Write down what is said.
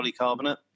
polycarbonate